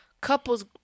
couples